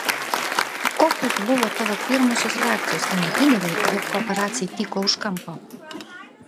kokios buvo tavo pirmosios reakcijos kai matydavai jog paparaciai tyko už kampo